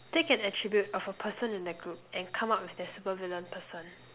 take an attribute of a person in the group and come up with their super villain person